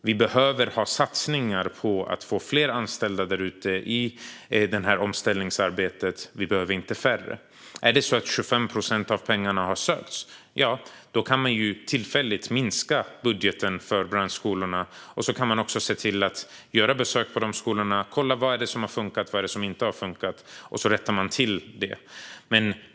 Vi behöver ha satsningar på att få fler anställda där ute i detta omställningsarbete. Vi behöver inte färre. Om 25 procent av pengarna har sökts kan man tillfälligt minska budgeten för branschskolorna. Man kan se till att göra besök på skolorna och kolla vad som har funkat och vad som inte har funkat. Och så rättar man till det som inte har funkat.